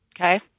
Okay